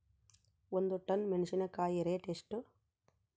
ಒಂದು ಟನ್ ಮೆನೆಸಿನಕಾಯಿ ರೇಟ್ ಎಷ್ಟು?